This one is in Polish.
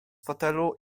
fotelu